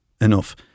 enough